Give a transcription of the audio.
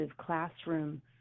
classroom